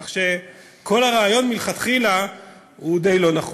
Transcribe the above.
כך שכל הרעיון מלכתחילה הוא די לא נכון,